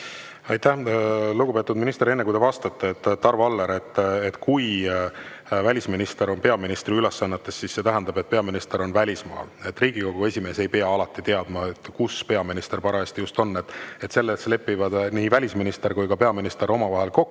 Aitäh! Lugupeetud minister, enne kui te vastate, ütlen Arvo Allerile, et kui välisminister on peaministri ülesannetes, siis see tähendab, et peaminister on välismaal. Riigikogu esimees ei pea alati teadma, kus peaminister parajasti on. [Asendamises] lepivad välisminister ja peaminister omavahel kokku